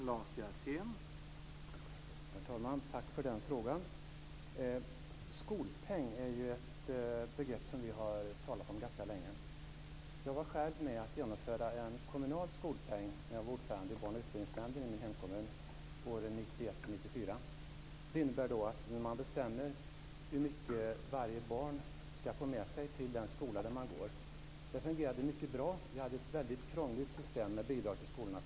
Herr talman! Tack för den frågan. Skolpeng är ett begrepp som vi har talat om ganska länge. Jag var själv med att genomföra en kommunal skolpeng när jag var ordförande i barn och utbildningsnämnden i min hemkommun åren 1991-1994. Det innebär att man bestämmer hur mycket varje barn skall få med sig till den skola där de går. Det fungerade mycket bra. Vi hade tidigare ett väldigt krångligt system med bidrag till skolorna.